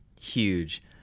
Huge